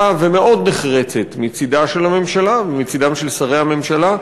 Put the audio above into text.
ומאוד נחרצת מצדה של הממשלה ומצדם של שרי הממשלה,